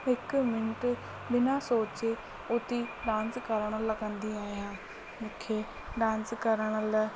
हिकु मिंट बिना सोचे उथी डांस करण लॻंदी आहियां मूंखे डांस करण लाइ